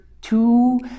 two